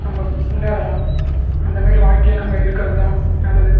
நம்ப முன்னேறலாம் அந்த மாரி வாழ்க்கையை நம்ப இருக்கிறதுதான் நல்லது